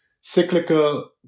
cyclical